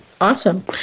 Awesome